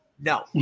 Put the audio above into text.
No